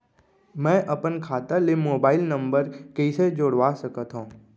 मैं अपन खाता ले मोबाइल नम्बर कइसे जोड़वा सकत हव?